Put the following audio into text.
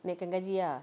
naikkan gaji ah